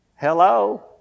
Hello